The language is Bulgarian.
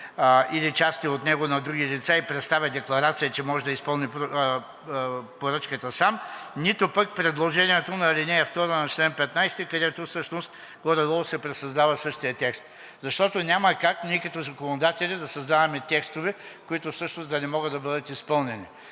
или части от него на други лица и представя декларация, че може да изпълни поръчката сам“, нито пък предложението на ал. 2 на чл. 15, където всъщност горе-долу се пресъздава същият текст, защото няма как ние като законодатели да създаваме текстове, които всъщност да не могат да бъдат изпълнени.